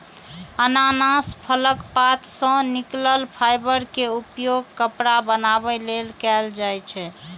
अनानास फलक पात सं निकलल फाइबर के उपयोग कपड़ा बनाबै लेल कैल जाइ छै